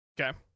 Okay